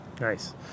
nice